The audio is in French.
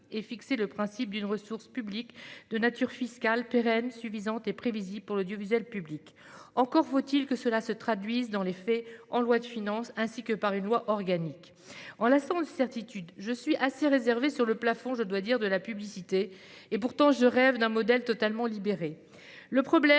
qui fixe le principe d'une ressource publique de nature fiscale, pérenne, suffisante et prévisible pour l'audiovisuel public. Encore faut-il que cela se traduise dans les faits en loi de finances, ainsi qu'au travers d'une loi organique. En l'absence de certitudes, je suis assez réservée sur le plafonnement de la publicité ; pourtant, je rêve d'un modèle totalement libéré. Le problème